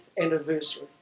anniversary